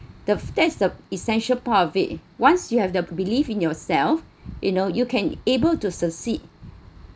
the test of essential part of it once you have the believe in yourself you know you can able to succeed